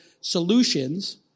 solutions